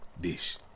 dish